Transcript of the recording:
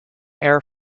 air